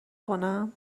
کنم